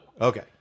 Okay